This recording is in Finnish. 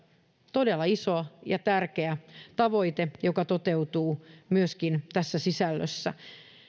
todella iso ja tärkeä tavoite joka toteutuu myöskin tässä sisällössä